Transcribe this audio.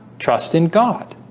trust in god,